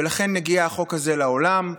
ולכן מגיע החוק הזה לעולם.